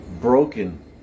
broken